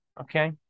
okay